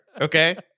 okay